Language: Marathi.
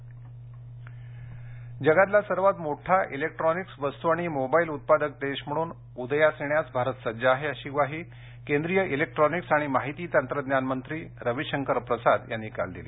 रवीशंकर प्रसाद जगातला सर्वात मोठा इलेक्ट्रॉनिक्स वस्तू आणि मोबाईल उत्पादक देश म्हणून उदयास येण्यास भारत सज्ज आहे अशी ग्वाही केंद्रीय इलेक्ट्रॉनिक्स आणि माहिती तंत्रज्ञान मंत्री रवीशंकर प्रसाद यांनी काल दिली